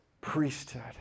priesthood